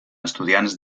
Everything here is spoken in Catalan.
estudiants